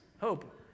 Hope